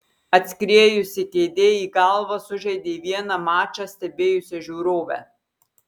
atskriejusi kėdė į galvą sužeidė vieną mačą stebėjusią žiūrovę